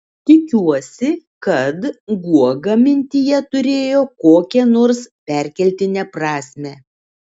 tikiuosi kad guoga mintyje turėjo kokią nors perkeltinę prasmę